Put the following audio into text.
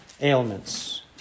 ailments